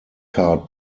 card